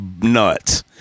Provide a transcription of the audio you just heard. nuts